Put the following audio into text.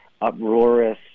uproarious